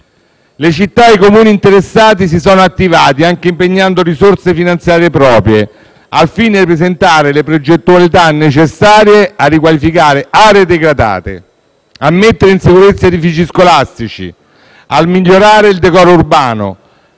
Le città e i Comuni interessati si sono attivati, anche impegnando risorse finanziarie proprie, al fine di presentare le progettualità necessarie a riqualificare aree degradate, a mettere in sicurezza edifici scolastici, a migliore il decoro urbano.